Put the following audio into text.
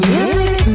Music